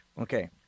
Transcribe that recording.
Okay